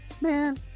man